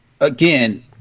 again